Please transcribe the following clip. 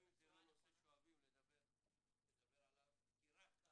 מה לעשות, לא אוהבים לדבר על זה.